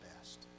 best